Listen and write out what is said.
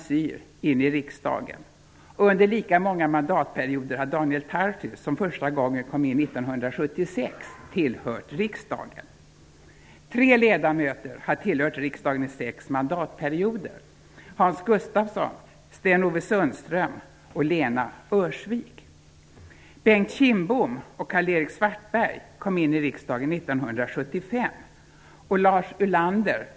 Under lika många mandatperioder har Daniel Tarschys, som första gången kom in 1976, tillhört riksdagen. Lars Ulander har lika många riksdagsår men kom in 1974.